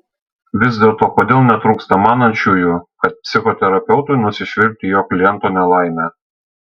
vis dėlto kodėl netrūksta manančiųjų kad psichoterapeutui nusišvilpti į jo kliento nelaimę